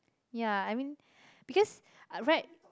ya I mean because uh right